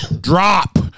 drop